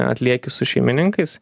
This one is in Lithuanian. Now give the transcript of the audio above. atlieki su šeimininkais